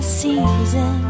season